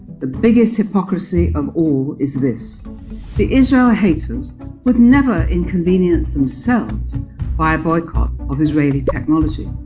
the biggest hypocrisy of all is this the israel ah haters would never inconvenience themselves by a boycott of israeli technology.